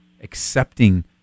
accepting